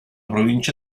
provincia